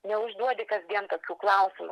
neužduodi kasdien tokių klausimų